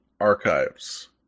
Archives